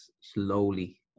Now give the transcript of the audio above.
slowly